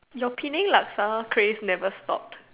your Penang Laksa crave never stops